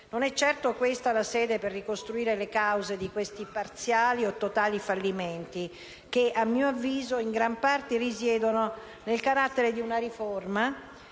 Non è certo questa la sede per ricostruire le cause di questi parziali o totali fallimenti che - a mio avviso - in gran parte risiedono nel carattere di una riforma